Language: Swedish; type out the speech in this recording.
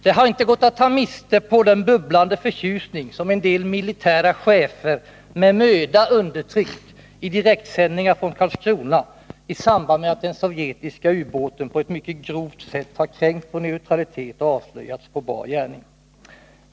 Det har inte gått att ta miste på den bubblande förtjusning som en del militära chefer med möda undertryckt i direktsändningar från Karlskrona i samband med att den sovjetiska ubåten på ett mycket grovt sätt har kränkt vår neutralitet och avslöjats på bar gärning.